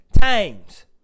times